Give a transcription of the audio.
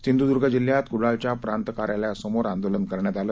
सिंधुदुर्ग जिल्ह्यात कुडाळच्या प्रांत कार्यालयासमोर आंदोलन करण्यात आलं